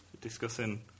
Discussing